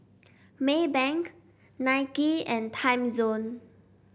Maybank Nike and Timezone